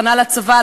הכנה לצבא,